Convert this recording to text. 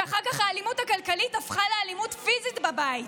שאחר כך האלימות הכלכלית הפכה לאלימות פיזית בבית